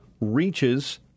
reaches